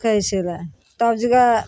कहय छियै वएह तब जाके